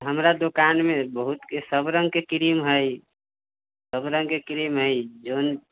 हमरा दोकानमे बहुत सभ रङ्गके क्रीम हइ सभ रङ्गके क्रीम हइ जौन